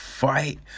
Fight